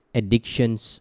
addictions